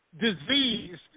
disease